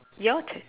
your turn